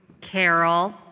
Carol